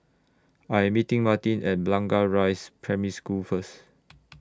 I Am meeting Martin At Blangah Rise Primary School First